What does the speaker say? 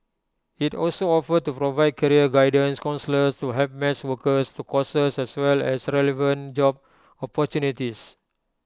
IT also offered to provide career guidance counsellors to help match workers to courses as well as relevant job opportunities